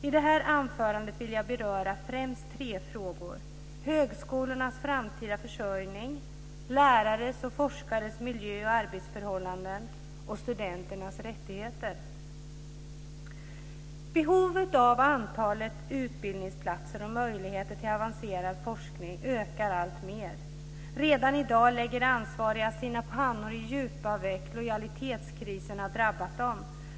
I det här anförandet vill jag främst beröra tre frågor; högskolornas framtida försörjning, lärares och forskares miljö och arbetsförhållanden och studenternas rättigheter. Behovet av, och antalet, utbildningsplatser och möjligheter till avancerad forskning ökar alltmer. Redan i dag lägger ansvariga sina pannor i djupa veck. Lojalitetskrisen har drabbat dem.